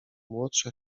młodsza